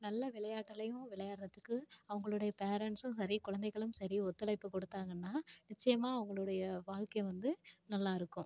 நல்ல விளையாட்டுலையும் விளையாடுகிறதுக்கு அவங்களுடைய பேரண்ட்ஸும் சரி குழந்தைகளும் சரி ஒத்துழைப்பு கொடுத்தாங்கன்னா நிச்சயமாக அவங்களுடைய வாழ்க்கை வந்து நல்லா இருக்கும்